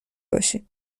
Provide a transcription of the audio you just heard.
باشین